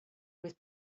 with